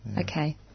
Okay